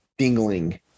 dingling